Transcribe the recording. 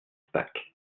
pâques